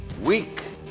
week